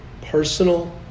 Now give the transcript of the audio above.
personal